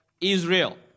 Israel